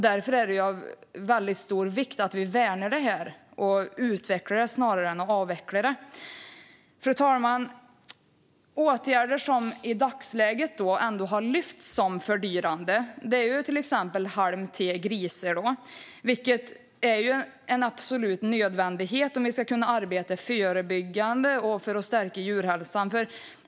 Därför är det av stor vikt att vi värnar detta, att vi utvecklar snarare än avvecklar. Fru talman! Åtgärder som i dagsläget ändå har lyfts upp som fördyrande är till exempel halm till grisar, vilket är en absolut nödvändighet om vi ska kunna arbeta förebyggande för att stärka djurhälsan.